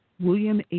William